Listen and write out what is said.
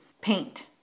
Paint